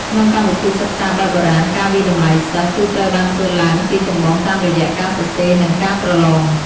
ក្នុងកម្មវិធីសិក្សាបែបបុរាណ ការវាយតម្លៃសិស្ស គឺត្រូវបានធ្វើឡើងជាចម្បងតាមរយៈ ការសរសេរ និង ការប្រឡង។